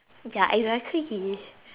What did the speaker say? ya exactly